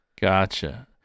Gotcha